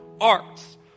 arts